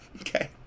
okay